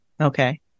Okay